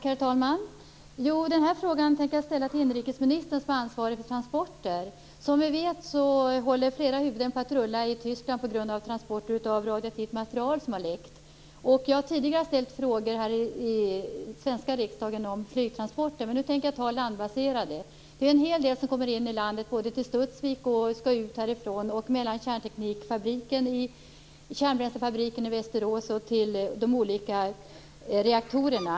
Herr talman! Den här frågan tänker jag ställa till inrikesministern som är ansvarig för transporter. Som vi vet håller flera huvuden på att rulla i Tyskland på grund av transporter av radioaktivt material som har läckt. Jag har tidigare ställt frågor här i den svenska riksdagen om flygtransporter. Men nu tänker jag ta de landbaserade. Det är en hel del som kommer in i landet, både till Studsvik och ut härifrån, och som transporteras mellan kärnbränslefabriken i Västerås och de olika reaktorerna.